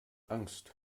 angst